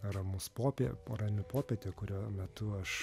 ramus popie po rami popietė kurio metu aš